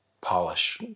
polish